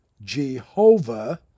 Jehovah